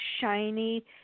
shiny